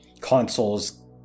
consoles